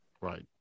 Right